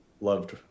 loved